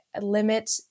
limit